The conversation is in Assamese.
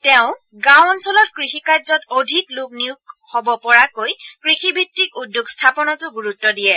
তেওঁ গাঁও অঞ্চলত কৃষি কাৰ্যত অধিক লোক নিয়োগ হ'ব পৰাকৈ কৃষিভিত্তিক উদ্যোগ স্থাপনতো গুৰুত্ দিয়ে